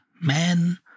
men